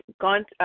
gone